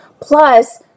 Plus